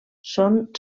són